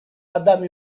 adam